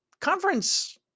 conference